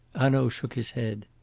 hanaud shook his head.